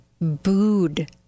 booed